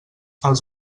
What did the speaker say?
els